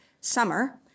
Summer